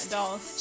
Dolls